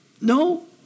No